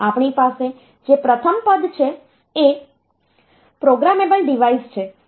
આપણી પાસે જે પ્રથમ પદ છે એ પ્રોગ્રામેબલ ડિવાઇસ છે